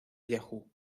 yahoo